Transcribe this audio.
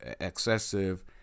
excessive